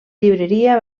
llibreria